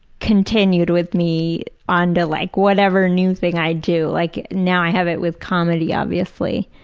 continued with me onto like whatever new thing i do. like now i have it with comedy obviously,